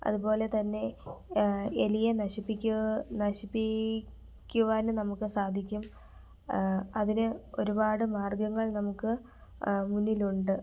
അതുപോലെതന്നെ എലിയെ നശിപ്പിക്കൂ നശിപ്പിക്കുവാനും നമുക്ക് സാധിക്കും അതിന് ഒരുപാട് മാർഗ്ഗങ്ങൾ നമുക്ക് മുന്നിലുണ്ട്